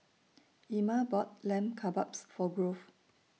Ima bought Lamb Kebabs For Grove